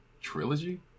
trilogy